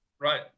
Right